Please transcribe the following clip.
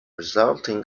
resulting